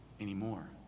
anymore